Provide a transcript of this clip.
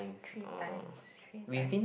three times three times